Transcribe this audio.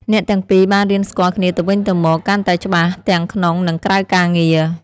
អ្នកទាំងពីរបានរៀនស្គាល់គ្នាទៅវិញទៅមកកាន់តែច្បាស់ទាំងក្នុង និងក្រៅការងារ។